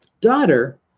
daughter